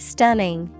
Stunning